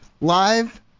live